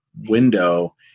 window